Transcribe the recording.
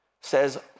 says